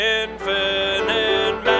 infinite